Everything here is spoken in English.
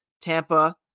Tampa